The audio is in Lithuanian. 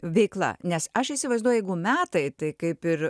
veikla nes aš įsivaizduoju jeigu metai tai kaip ir